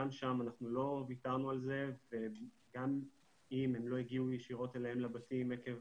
גם שם אנחנו לא ויתרנו על זה וגם אם הם לא הגיעו ישירות אליהם לבתים עקב